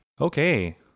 okay